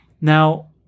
Now